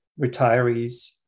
retirees